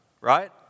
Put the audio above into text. right